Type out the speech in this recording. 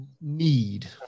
need